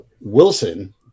wilson